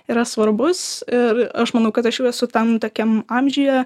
yra svarbus ir aš manau kad aš jau esu tam tokiam amžiuje